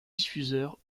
diffuseur